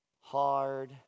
hard